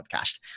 podcast